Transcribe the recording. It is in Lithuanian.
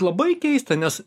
labai keista nes